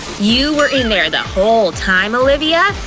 you were in there the whole time, olivia?